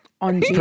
On